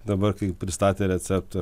dabar kai pristatė receptą